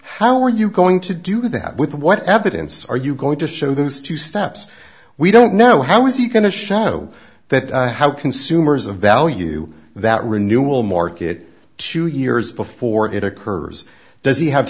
how are you going to do that with what evidence are you going to show those two steps we don't know how is he going to show that how consumers a value that renewal market two years before it occurs does he have